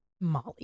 Molly